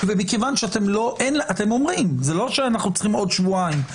זה לא שאנחנו צריכים עוד שבועיים,